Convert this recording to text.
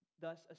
Thus